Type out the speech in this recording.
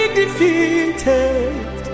defeated